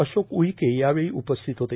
अशोक उईके यावेळी उपस्थित होते